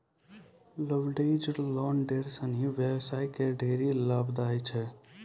leveraged loan ढेर सिनी व्यवसायी ल ढेरी लाभदायक छै